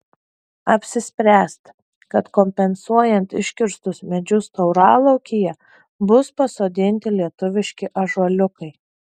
apsispręsta kad kompensuojant iškirstus medžius tauralaukyje bus pasodinti lietuviški ąžuoliukai